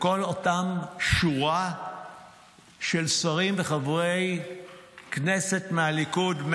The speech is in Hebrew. לכל אותה שורה של שרים וחברי כנסת מהליכוד,